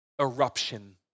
Eruption